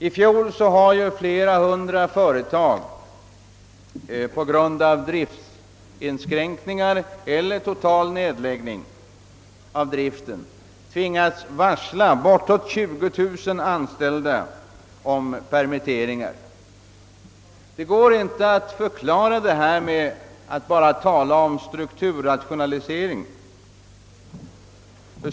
I fjol tvingades flera hundra företag på grund av driftsinskränkningar eller total nedläggelse av driften att varsla bortåt 20000 anställda om permitteringar. Detta går inte att förklara endast med en hänvisning till strukturrationaliseringen.